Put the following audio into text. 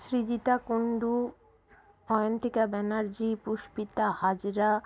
Srijita Kundu Ayantika Banerjee Pushpita Hazra